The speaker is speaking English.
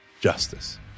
justice